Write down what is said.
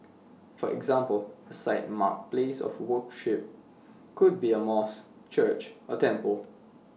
for example A site marked place of worship could be A mosque church or temple